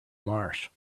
marsh